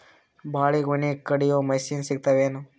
ಬಾಳಿಗೊನಿ ಕಡಿಯು ಮಷಿನ್ ಸಿಗತವೇನು?